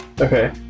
Okay